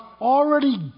already